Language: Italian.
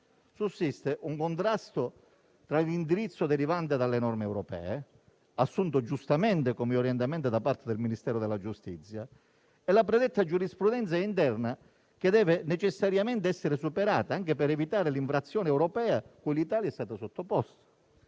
sussiste un contrasto tra l'indirizzo derivante dalle norme europee, assunto giustamente come orientamento da parte del Ministero della giustizia, e la predetta giurisprudenza interna che deve necessariamente essere superata anche per evitare l'infrazione europea cui l'Italia è stata sottoposta.